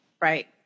right